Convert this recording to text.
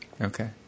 okay